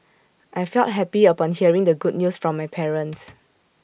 I felt happy upon hearing the good news from my parents